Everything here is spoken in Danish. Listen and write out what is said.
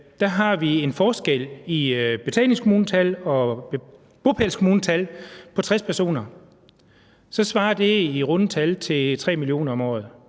der har vi en forskel i betalingskommunetal og bopælskommunetal på 60 personer, så svarer det i runde tal til 3 mio. kr. om året;